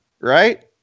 right